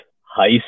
high